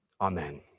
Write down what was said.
Amen